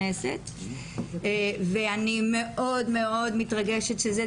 של חברת הכנסת נעמה לזימי ושלי לקיים את הדיון